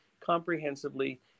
comprehensively